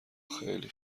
خیلی